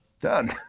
done